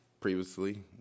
Previously